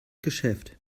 geschäft